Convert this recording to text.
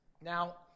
Now